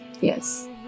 yes